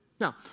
Now